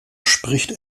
spricht